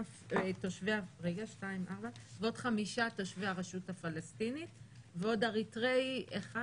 תושבי הרשות הפלסטינית ועוד אריתראי אחד